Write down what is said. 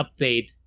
update